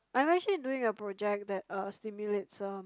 I'm actually doing a project that uh stimulates um